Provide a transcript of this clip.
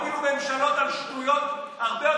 גם בצד הבריאותי, בצד הטכנולוגי,